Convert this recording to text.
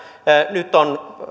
nyt on